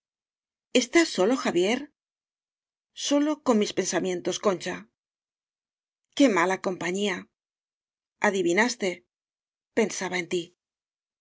estás solo xavier solo con mis pensamientos concha que mala compañía adivinaste pensaba en ti